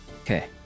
Okay